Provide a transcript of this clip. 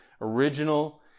original